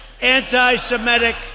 anti-Semitic